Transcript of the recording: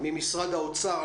ממשרד האוצר.